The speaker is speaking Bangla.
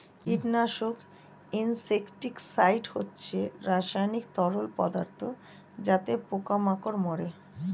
কীটনাশক ইনসেক্টিসাইড হচ্ছে রাসায়নিক তরল পদার্থ যাতে পোকা মাকড় মারে